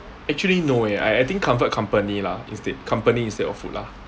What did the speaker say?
actually no eh I I think comfort company lah instead company instead of food lah